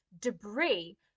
debris